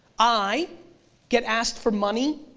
i get asked for money,